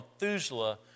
Methuselah